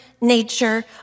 nature